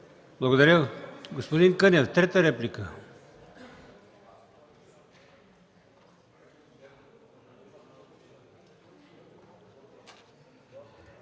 Благодаря. Господин Кънев – трета реплика.